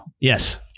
yes